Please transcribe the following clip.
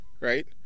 right